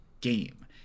game